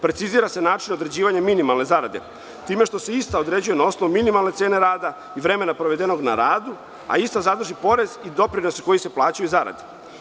Precizira se način određivanja minimalne zarade time što se ista određuje na osnovu minimalne cene rada i vremena provedenog na radu, a ista sadrži porez i doprinose koji se plaćaju iz zarade.